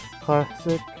Classic